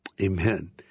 amen